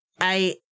I-